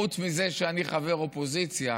חוץ מזה שאני חבר אופוזיציה,